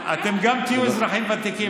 גם אתם תהיו אזרחים ותיקים,